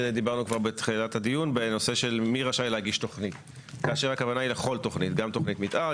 עם מערכת שיודעת לאכוף ולהעניש או לקחת את זה כשצריך לקחת את זה.